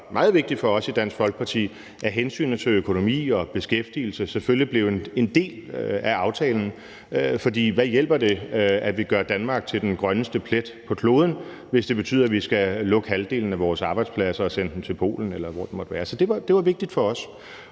det var meget vigtigt for os i Dansk Folkeparti, at hensynet til økonomi og beskæftigelse selvfølgelig blev en del af aftalen. For hvad hjælper det, at vi gør Danmark til den grønneste plet på kloden, hvis det betyder, at vi skal lukke halvdelen af vores arbejdspladser og sende dem til Polen, eller hvor det